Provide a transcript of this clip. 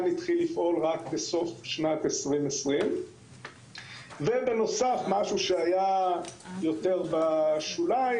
התחיל לפעול רק בסוף שנת 2020. בנוסף משהו שהיה יותר בשוליים,